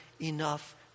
enough